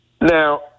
Now